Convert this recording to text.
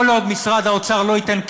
כל עוד משרד האוצר לא ייתן כסף,